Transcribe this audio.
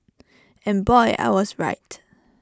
and boy I was right